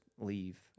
leave